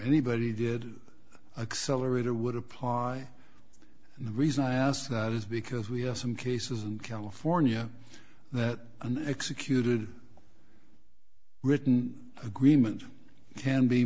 anybody did excel or it or would apply and the reason i asked that is because we have some cases in california that an executed written agreement can